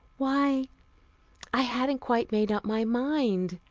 why i hadn't quite made up my mind.